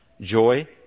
joy